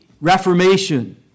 reformation